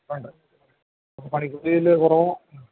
ഉണ്ട് അപ്പോള് പണിക്കൂലിയില് കുറവോ